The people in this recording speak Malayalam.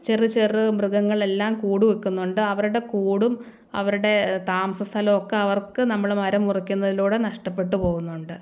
ചെറു ചെറു മൃഗങ്ങളെല്ലാം കൂടു വെക്കുന്നുണ്ട് അവരുടെ കൂടും അവരുടെ താമസ സ്ഥലമൊക്കെ അവർക്ക് നമ്മൾ മരം മുറിക്കുന്നതിലൂടെ നഷ്ടപ്പെട്ടു പോകുന്നുണ്ട്